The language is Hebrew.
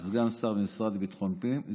לסגן שר במשרד לביטחון פנים.